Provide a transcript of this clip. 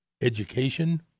education